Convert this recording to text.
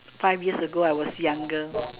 five years ago I was younger